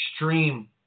extreme